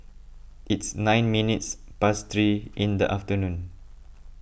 its nine minutes past three in the afternoon